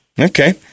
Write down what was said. Okay